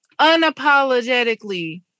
unapologetically